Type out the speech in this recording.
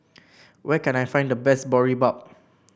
where can I find the best Boribap